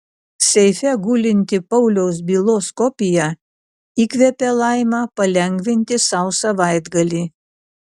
seife gulinti pauliaus bylos kopija įkvepia laimą palengvinti sau savaitgalį